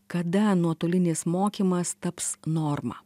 kada nuotolinis mokymas taps norma